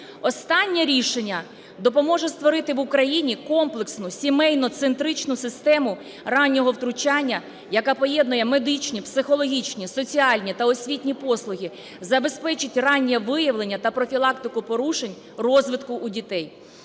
Останнє рішення допоможе створити в Україні комплексну сімейно-центричну систему раннього втручання, яка поєднує медичні, психологічні, соціальні та освітні послуги, забезпечить раннє виявлення та профілактику порушень розвитку у дітей.